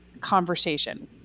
conversation